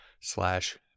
slash